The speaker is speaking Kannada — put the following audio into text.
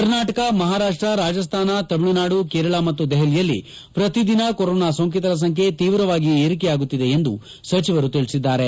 ಕರ್ನಾಟಕ ಮಹಾರಾಷ್ಟ್ ರಾಜಸ್ಥಾನ ತಮಿಳುನಾಡು ಕೇರಳ ಮತ್ತು ದೆಹಲಿಯಲ್ಲಿ ಪ್ರತಿದಿನ ಕೊರೋನಾ ಸೋಂಕಿತರ ಸಂಖ್ಯೆ ತೀವ್ರವಾಗಿ ಏರಿಕೆಯಾಗುತ್ತಿದೆ ಎಂದು ಸಚಿವರು ತಿಳಿಸಿದ್ದಾರೆ